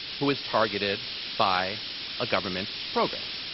who is targeted by a government program?